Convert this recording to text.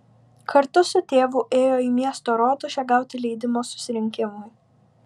kartą su tėvu ėjo į miesto rotušę gauti leidimo susirinkimui